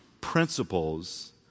principles